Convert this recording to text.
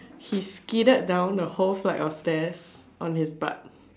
he skidded down the whole flight of stairs on his butt